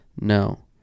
No